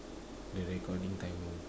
the recording timing